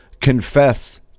confess